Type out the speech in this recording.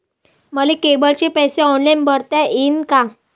मले केबलचे पैसे ऑनलाईन भरता येईन का?